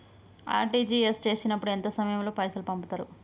RTGS చేసినప్పుడు ఎంత సమయం లో పైసలు పంపుతరు?